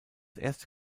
erste